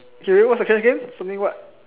okay wait what's the question again something what